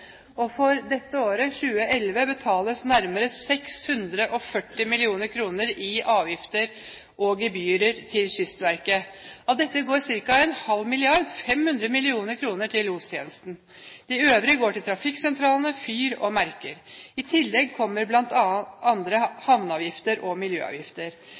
og for dette året, 2011, betales nærmere 640 mill. kr i avgifter og gebyrer til Kystverket. Av dette går ca. en halv milliard, 500 mill. kr, til lostjenesten. Det øvrige går til trafikksentralene, fyr og merker. I tillegg kommer bl.a. havneavgifter og miljøavgifter.